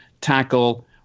Tackle